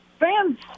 Fans